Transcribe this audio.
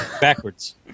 Backwards